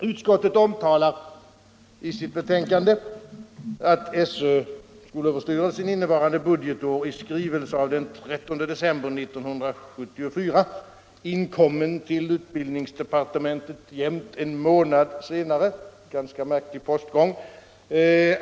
Utskottet omtalar i sitt betänkande att skolöverstyrelsen innevarande budgetår i skrivelse av den 13 december 1974, inkommen till utbildningsdepartementet jämnt en månad senare — ganska märklig postgång!